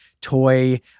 toy